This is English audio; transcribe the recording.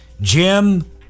Jim